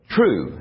True